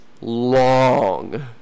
long